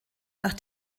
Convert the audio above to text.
nach